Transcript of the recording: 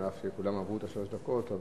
אף שכולם עברו את שלוש הדקות,